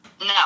No